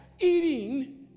eating